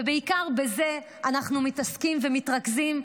ובעיקר בזה אנחנו מתעסקים ומתרכזים,